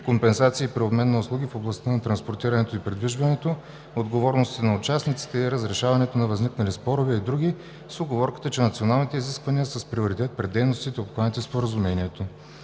компенсации при обмен на услуги в областта на транспортирането и придвижването, отговорностите на участниците и разрешаването на възникнали спорове и други с уговорката, че националните изисквания са с приоритет пред дейностите, обхванати от споразуменията.